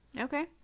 okay